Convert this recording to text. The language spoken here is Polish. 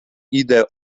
idę